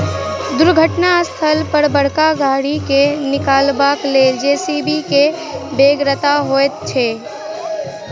दुर्घटनाग्रस्त स्थल पर बड़का गाड़ी के निकालबाक लेल जे.सी.बी के बेगरता होइत छै